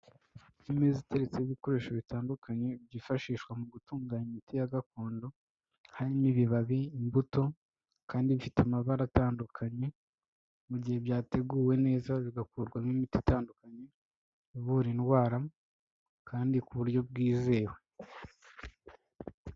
Imeza iteretseho ibikoresho bitandukanye byifashishwa mu gutunganya imiti ya gakondo, harimo ibibabi, imbuto kandi bifite amabara atandukanye, mu gihe byateguwe neza bigakurwamo imiti itandukanye ivura indwara kandi ku buryo bwizewe.